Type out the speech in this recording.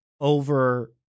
over